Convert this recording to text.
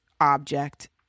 object